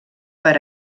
per